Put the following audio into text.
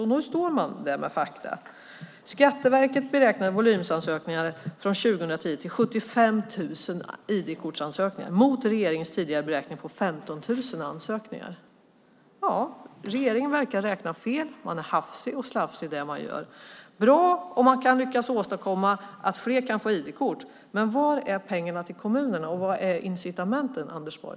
Och nu står man där med fakta. Skatteverket beräknar att ansökningsvolymen 2010 är 75 000 ID-kortsansökningar, mot regeringens tidigare beräkning på 15 000 ansökningar. Ja, regeringen verkar ha räknat fel. Man är hafsig och slafsig i det man gör. Det är bra om man lyckas åstadkomma att fler kan få ID-kort, men var är pengarna till kommunerna och var är incitamenten, Anders Borg?